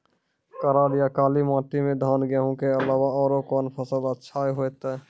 करार या काली माटी म धान, गेहूँ के अलावा औरो कोन फसल अचछा होतै?